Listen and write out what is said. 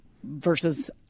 versus